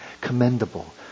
commendable